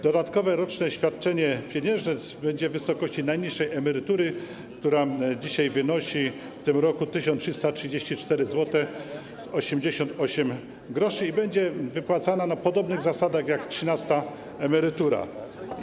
Dodatkowe roczne świadczenie pieniężne będzie w wysokości najniższej emerytury, która w tym roku wynosi 1334,88 zł, i będzie wypłacane na podobnych zasadach jak trzynasta emerytura.